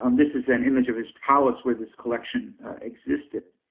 um this is an image of his palace where this collection existed.